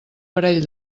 parell